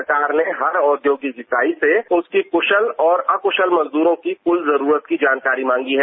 सरकार ने हर औद्योगिक इकाई से उसकी कुशल और अकुशल मजदूरों की कुल जरूरत की पूरी जानकारी मांगी है